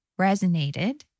resonated